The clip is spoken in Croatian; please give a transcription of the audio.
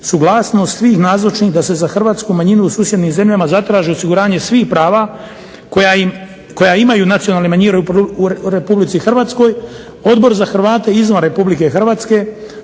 suglasnost svih nazočnih da se za hrvatsku manjinu u susjednim zemljama zatraži osiguranje svih prava koja imaju nacionalne manjine u RH Odbor za Hrvate izvan RH zaključke